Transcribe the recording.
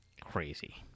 crazy